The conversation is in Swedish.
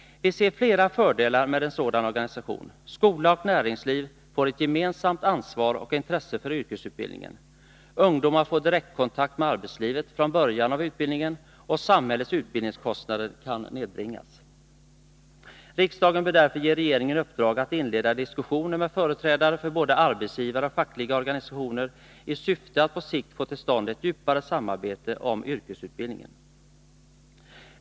Vi ser flera fördelar med en sådan organisation. Skola och näringsliv får ett gemensamt ansvar och intresse för yrkesutbildningen, ungdomarna får direktkontakt med arbetslivet från början av utbildningen och samhällets utbildningskostnader kan 'nedbringas. Riksdagen bör därför ge regeringen i uppdrag att inleda diskussioner med företrädare för både arbetsgivare och fackliga organisationer i syfte att på sikt få till stånd ett djupare samarbete om yrkesutbildning.